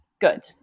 Good